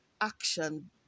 action